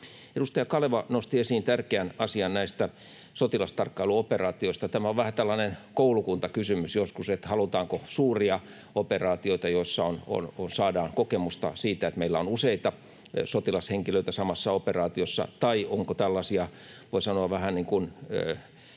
Edustaja Kaleva nosti esiin tärkeän asian sotilastarkkailuoperaatioista: Tämä on vähän tällainen koulukuntakysymys joskus, halutaanko suuria operaatioita, joissa saadaan kokemusta siitä, että meillä on useita sotilashenkilöitä samassa operaatiossa, vai onko tällaisia voi sanoa vähän niin kuin